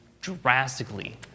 drastically